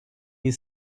you